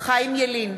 חיים ילין,